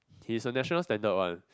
he's a national standard one